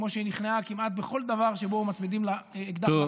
כמו שהיא נכנעה כמעט בכל דבר שבו מצמידים לה אקדח,